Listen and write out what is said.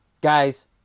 Guys